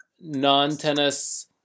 non-tennis